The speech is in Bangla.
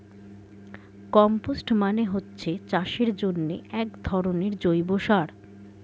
কম্পোস্ট মানে হচ্ছে চাষের জন্যে একধরনের জৈব সার